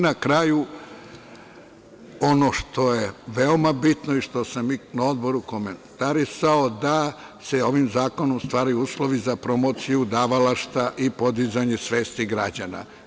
Na kraju ono što je veoma bitno i što sam na Odboru komentarisao da se ovim zakonom u stvari stvaraju uslovi za promociju davalaštva i podizanje svesti građana.